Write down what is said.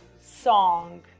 song